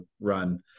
run